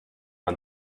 man